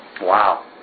wow